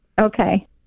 Okay